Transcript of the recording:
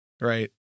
right